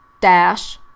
dash